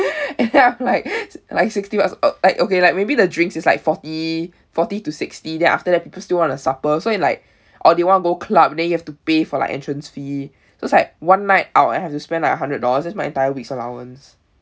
and then I'm like like sixty bucks uh like okay like maybe the drinks is like forty forty to sixty then after that people still want to supper so it like or they want to go club then you have to pay for like entrance fee so it's like one night out I have to spend like a hundred dollars that's my entire weeks' allowance